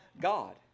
God